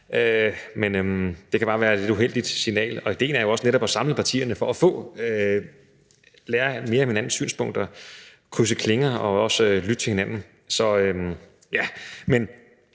Det kan bare være et lidt uheldigt signal. Idéen er jo også netop at samle partierne for at lære mere om hinandens synspunkter, krydse klinger og også lytte til hinanden. Men